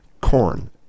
Corn